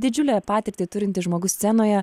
didžiulę patirtį turintis žmogus scenoje